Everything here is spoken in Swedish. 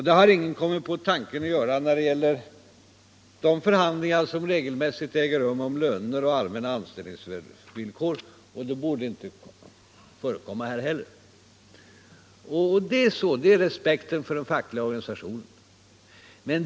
Det har ingen kommit på tanken att göra när det gäller de förhandlingar som regelmässigt äger rum om löner och allmänna anställningsvillkor, och det borde inte förekomma på det här området heller. Här är det fråga om respekten för den fackliga organisationen.